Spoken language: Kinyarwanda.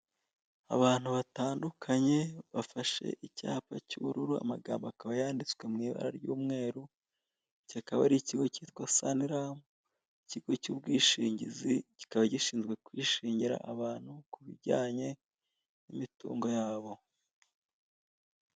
Abantu batandukanye bafashe icyapa cy'ubururu, amagambo akaba yanditswe mu ibara ry'umweru. Iki akaba ari ikigo kitwa saniramu ikigo cy'ubwishingizi kikaba gishinzwe kwishingira abantu kubijyanye n'imitungo yabo.